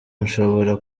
nshobora